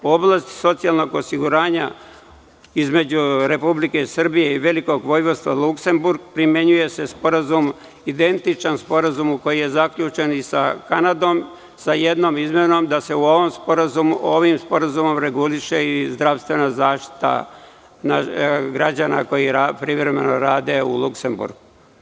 U oblasti socijalnog osiguranja između Republike Srbije i Velikog Vojvodstva Luksemburg primenjuje se identičan sporazum koji je zaključen i sa Kanadom, sa jednom izmenom da se ovim sporazumom reguliše i zdravstvena zaštita naših građana koji privremeno rade u Luksemburgu.